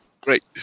Great